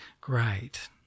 great